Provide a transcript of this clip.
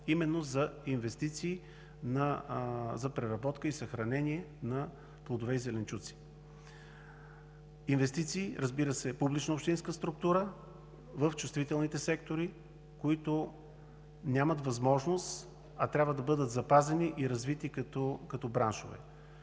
именно за инвестиции за преработка и съхранение на плодове и зеленчуци. Инвестиции, разбира се, публична общинска структура в чувствителните сектори, които нямат възможност, а трябва да бъдат запазени и развити като браншове.